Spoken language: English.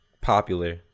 popular